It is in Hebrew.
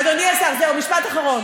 אדוני השר, זהו, משפט אחרון.